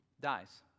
dies